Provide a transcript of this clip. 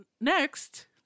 next